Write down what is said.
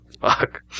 Fuck